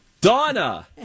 Donna